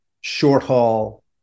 short-haul